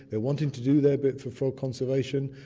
they're wanting to do their bit for frog conservation.